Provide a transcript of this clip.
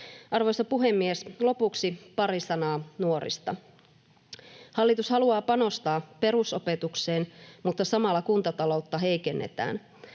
Arvoisa puhemies! Lopuksi pari sanaa nuorista. Hallitus haluaa panostaa perusopetukseen, mutta samalla kuntataloutta heikennetään.